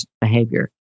behavior